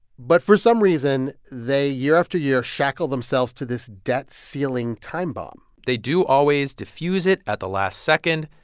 but for some reason, they, year after year, shackle themselves to this debt ceiling time bomb they do always diffuse it at the last second.